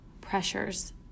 pressures